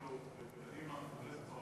פלסנר, וחבל.